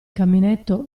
caminetto